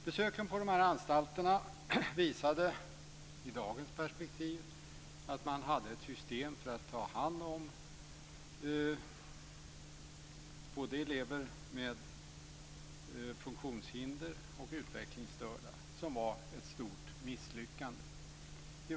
Besöken på anstalterna visade, i dagens perspektiv, att man hade ett system för att ta hand om både elever med funktionshinder och utvecklingsstörda som var ett stort misslyckande.